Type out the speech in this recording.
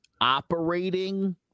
operating